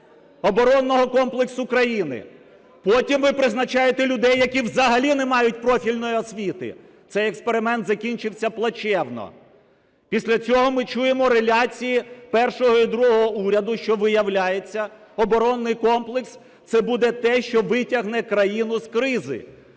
оборонного комплексу країни. Потім ви призначаєте людей, які взагалі не мають профільної освіти, цей експеримент закінчився плачевно. Після цього ми чуємо реляції першого і другого уряду, що, виявляється, оборонний комплекс – це буде те, що витягне країну з кризи.